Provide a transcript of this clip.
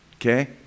okay